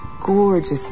gorgeous